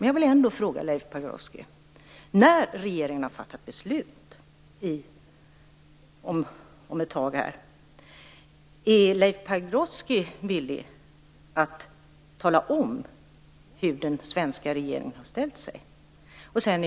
Men jag vill ändå fråga Leif Pagrotsky: När regeringen har fattat beslut, är Leif Pagrotsky villig att tala om hur den svenska regeringen har ställt sig?